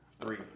Three